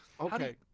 Okay